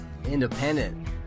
Independent